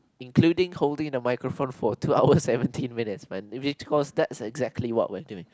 including holding the microphone for two hours seventeen minutes man if they told us that's exactly what we're doing